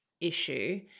issue